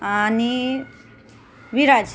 आणि विराज